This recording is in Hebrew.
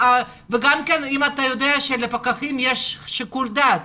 אתה יודע שלפקחים יש שיקול דעת.